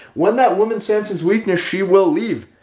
when that woman senses weakness, she will leave.